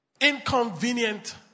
inconvenient